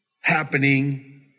happening